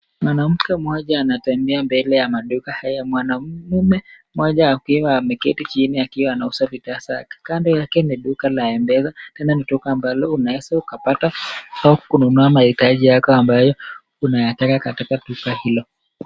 Mwanamke mmoja anatembea mbele ya maduka moja, mwanaume mmoja akiwa ameketi chini akiwa anauza bidhaa zake. Kando yake ni duka la Mpesa tena ni duka ambalo unaweza ukupata au kununua maitaji yako ambayo unayataka katika duka hilo.